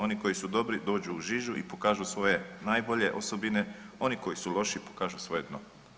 Oni koji su dobri dođu u žižu i pokažu svoje najbolje osobine, oni koji su loši pokažu svoje dno.